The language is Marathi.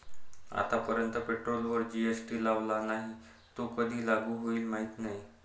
आतापर्यंत पेट्रोलवर जी.एस.टी लावला नाही, तो कधी लागू होईल माहीत नाही